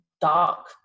dark